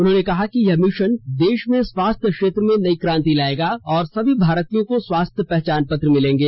उन्होंने कहा कि यह मिशन देश में स्वास्थ्य क्षेत्र में नई क्रांति लायेगा और सभी भारतीयों को स्वास्थ्य पहचान पत्र मिलेंगे